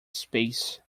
space